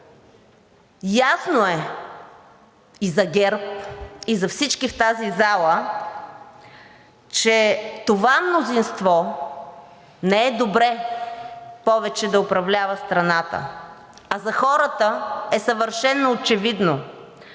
Ясно е и за ГЕРБ, и за всички в тази зала, че това мнозинство не е добре повече да управлява страната, а за хората е съвършено очевидно.